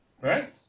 right